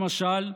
למשל,